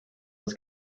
was